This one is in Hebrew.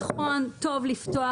נכון וטוב לפתוח,